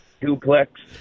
duplex